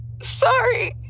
Sorry